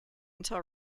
until